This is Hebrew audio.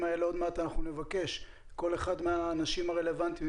עוד מעט נבקש מכל אחד מהאנשים הרלוונטיים,